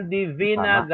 Divina